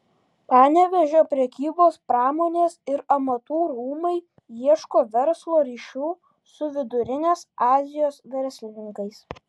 panevėžio prekybos pramonės ir amatų rūmai ieško verslo ryšių su vidurinės azijos verslininkais